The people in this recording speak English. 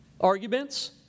Arguments